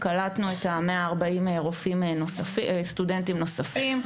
קלטנו 140 סטודנטים נוספים.